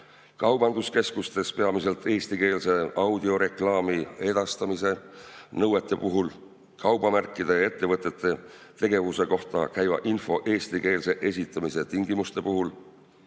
kaubanduskeskustes peamiselt eestikeelse audioreklaami edastamise nõue, kaubamärkide ja ettevõtete tegevuse kohta käiva info eestikeelse esitamise [nõue],